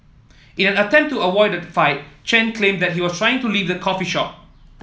in an attempt to avoid a fight Chen claimed that he was trying to leave the coffee shop